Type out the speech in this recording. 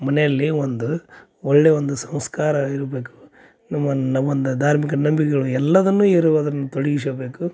ಮನೆಯಲ್ಲಿ ಒಂದು ಒಳ್ಳೆಯ ಒಂದು ಸಂಸ್ಕಾರ ಇರಬೇಕು ನಮನ್ನ ನಾವೊಂದ್ ಧಾರ್ಮಿಕ ನಂಬಿಕೆಗಳು ಎಲ್ಲದನ್ನು ಇರುವದನ್ನ ತೊಡಗಿಸಬೇಕು